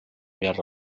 guerra